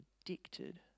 addicted